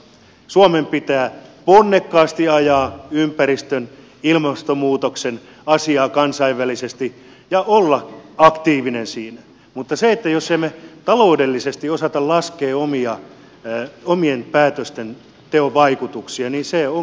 suomen pitää ponnekkaasti ajaa ympäristön ilmastonmuutoksen asiaa kansainvälisesti ja olla aktiivinen siinä mutta jos emme taloudellisesti osaa laskea omien päätöksentekojen vaikutuksia niin se on kyllä harmillista